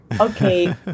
okay